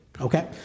Okay